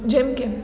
જેમકે